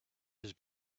his